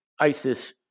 ISIS